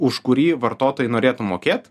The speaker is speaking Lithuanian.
už kurį vartotojai norėtų mokėt